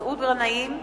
מסעוד גנאים,